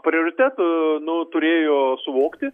prioritetų nu turėjo suvokti